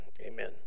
amen